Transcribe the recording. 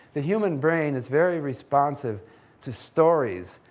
the human brain is very responsive to stories,